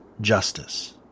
justice